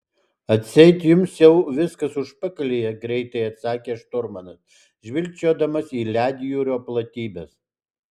atseit jums jau viskas užpakalyje greitai atsakė šturmanas žvilgčiodamas į ledjūrio platybes